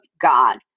God